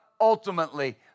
ultimately